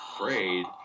afraid